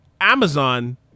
Amazon –